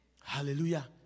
Hallelujah